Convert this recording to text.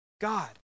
God